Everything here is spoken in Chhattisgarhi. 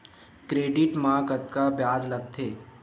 क्रेडिट मा कतका ब्याज लगथे?